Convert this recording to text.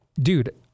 Dude